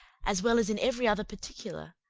as well as in every other particular,